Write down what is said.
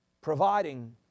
providing